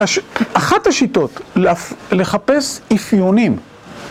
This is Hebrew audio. אחת השיטות לחפש איפיונים